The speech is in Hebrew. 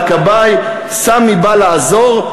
הכבאי / סמי בא לעזור,